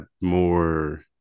more